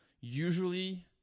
usually